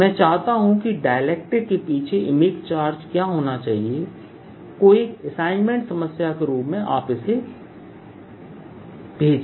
मैं चाहता हूं कि "डायलेक्टिक के पीछे इमेज चार्ज क्या होना चाहिए" को एक असाइनमेंट समस्या के रूप आप इसे भेजें